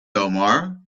omar